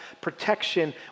protection